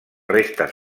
restes